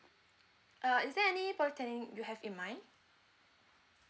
uh is there any polytechnic you have in mind